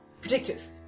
predictive